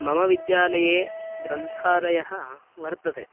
मम विद्यालये ग्रन्थालयः वर्तते